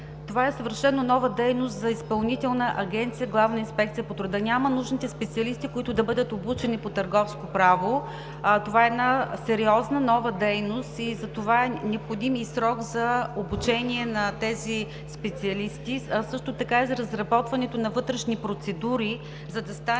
това е съвършено нова дейност за Изпълнителна агенция „Главна инспекция по труда“ – няма нужните специалисти, които да бъдат обучени по Търговско право. Това е една сериозна нова дейност и затова е необходим и срок за обучение на тези специалисти. Също така и за изработването на вътрешни процедури, за да стане